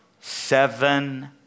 seven